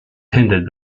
tendered